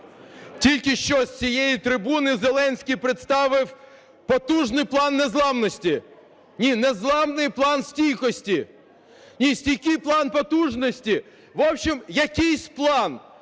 Тільки що з цієї трибуни Зеленський представив потужний план незламності. Ні, незламний план стійкості. Ні, стійкій план потужності. В общем, якийсь план.